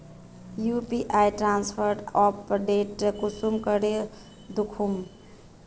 UPI transfer update कुंसम करे दखुम?